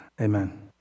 Amen